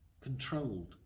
controlled